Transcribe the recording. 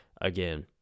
Again